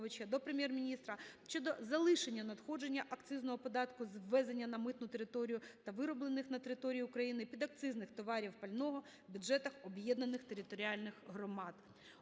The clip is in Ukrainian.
до Прем'єр-міністра щодо залишення надходження акцизного податку з ввезених на митну територію та вироблених на території України підакцизних товарів (пального) в бюджетах об'єднаних територіальних громад.